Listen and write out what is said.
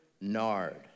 nard